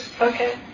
Okay